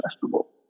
festival